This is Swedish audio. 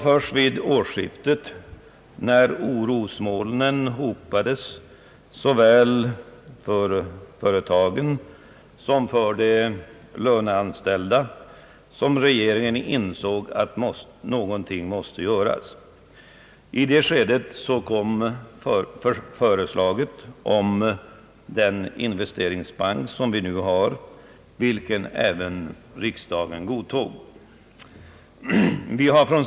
Först vid årsskiftet, när orosmolnen hopades för såväl företagen som de löneanställda, insåg regeringen att någonting måste göras. I det skedet kom förslaget om den investeringsbank, som vi nu har, och förslaget bifölls av riksdagen.